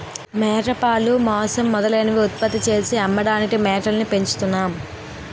మేకపాలు, మాంసం మొదలైనవి ఉత్పత్తి చేసి అమ్మడానికి మేకల్ని పెంచుతున్నాం